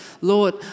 Lord